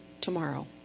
tomorrow